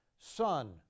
son